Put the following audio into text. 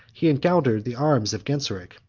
he encountered the arms of genseric,